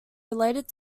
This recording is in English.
related